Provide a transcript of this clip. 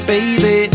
Baby